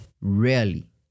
Rarely